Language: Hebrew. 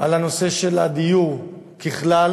על הנושא של הדיור ככלל,